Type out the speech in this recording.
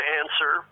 answer